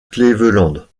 cleveland